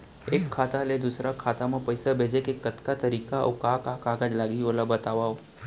एक खाता ले दूसर खाता मा पइसा भेजे के कतका तरीका अऊ का का कागज लागही ओला बतावव?